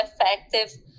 effective